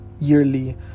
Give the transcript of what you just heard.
yearly